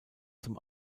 zum